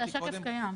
השקף קיים.